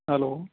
hello